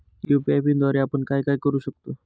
UPI पिनद्वारे आपण काय काय करु शकतो?